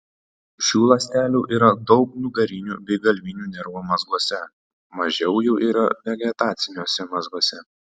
šių ląstelių yra daug nugarinių bei galvinių nervų mazguose mažiau jų yra vegetaciniuose mazguose